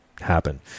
happen